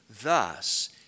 Thus